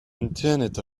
internet